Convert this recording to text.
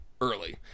early